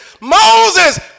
Moses